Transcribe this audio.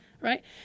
right